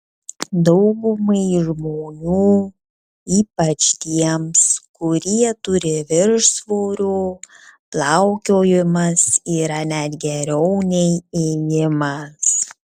daugumai žmonių ypač tiems kurie turi viršsvorio plaukiojimas yra net geriau nei ėjimas